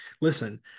listen